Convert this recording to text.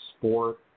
sport